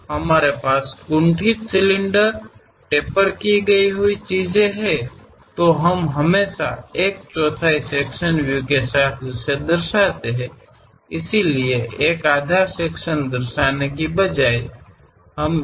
ನಮ್ಮಲ್ಲಿ ಫ್ರಸ್ಟೆಮ್ ಸಿಲಿಂಡರ್ಗಳು ಮೊನಚಾದ ರೀತಿಯ ವಸ್ತುಗಳು ಇದ್ದರೆ ನಾವು ಯಾವಾಗಲೂ ಆ ತ್ರೈಮಾಸಿಕದ ನಾಲ್ಕನೇ ಒಂದು ಭಾಗದ ಮೇಲೆ ಮಾತ್ರ ವಿಭಾಗೀಯ ವೀಕ್ಷಣೆ ಪ್ರಾತಿನಿಧ್ಯವನ್ನು ಹೊಂದಿದ್ದೇವೆ